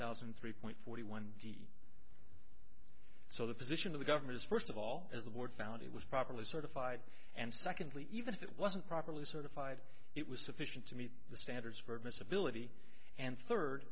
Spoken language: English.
thousand and three point forty one d so the position of the government is first of all as the board found it was properly certified and secondly even if it wasn't properly certified it was sufficient to meet the standards for admissibility and third